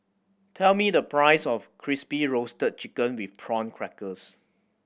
tell me the price of Crispy Roasted Chicken with Prawn Crackers